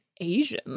Asian